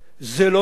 זה לא נכון.